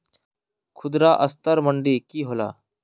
खुदरा असटर मंडी की होला?